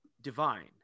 divine